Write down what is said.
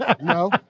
No